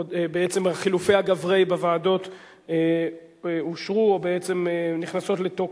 בעצם חילופי הגברי בוועדות אושרו או בעצם נכנסים לתוקף.